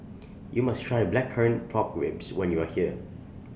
YOU must Try Blackcurrant Pork Ribs when YOU Are here